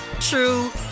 true